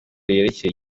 yerekeye